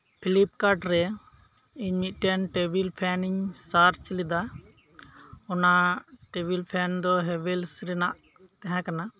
Philip ᱠᱟᱴ ᱨᱮ ᱤᱧ ᱢᱤᱫᱴᱮᱱ ᱴᱮᱵᱤᱞ ᱯᱷᱮᱱᱤᱧ ᱥᱟᱨᱪ ᱞᱮᱫᱟ ᱚᱱᱟ ᱴᱮᱵᱤᱞ ᱯᱷᱮᱱ ᱫᱚ ᱦᱮᱵᱮᱞᱥ ᱨᱮᱱᱟᱜ ᱛᱟᱦᱮᱸ ᱠᱟᱱᱟ